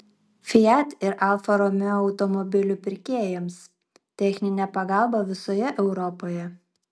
fiat ir alfa romeo automobilių pirkėjams techninė pagalba visoje europoje